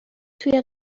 توی